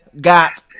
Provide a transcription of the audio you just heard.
got